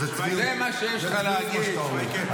ובושה זה דבר שחסר בקואליציה הזו.